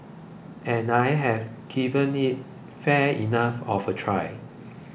and I have given it fair enough of a try